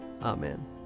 Amen